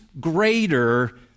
greater